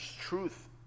truth